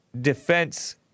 defense